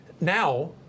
now